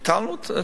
ביטלנו את,